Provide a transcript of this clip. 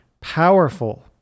powerful